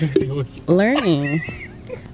learning